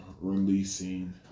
releasing